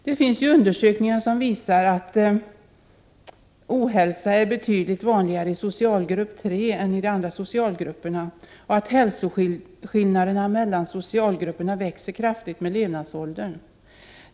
Det har gjorts undersökningar som visar att ohälsa är betydligt vanligare i socialgrupp tre än i de andra socialgrupperna och att hälsoskillnaderna mellan socialgrupperna växer kraftigt med levnadsåldern.